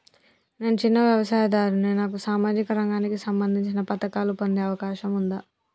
నేను చిన్న వ్యవసాయదారుడిని నాకు సామాజిక రంగానికి సంబంధించిన పథకాలు పొందే అవకాశం ఉందా?